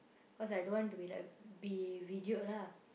because I don't want to be like be videoed lah